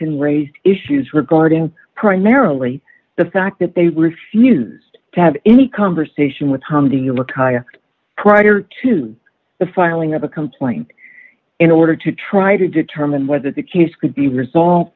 can raise issues regarding primarily the fact that they refused to have any conversation with tom do you look up prior to the filing of a complaint in order to try to determine whether the case could be resolved